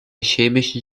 chemischen